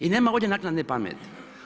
I nema ovdje naknadne pameti.